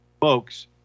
folks